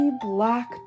black